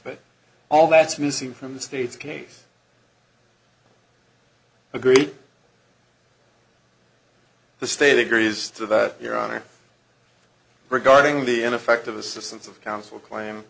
but all that's missing from the state's case agree the state agrees to that your honor regarding the an effective assistance of counsel claim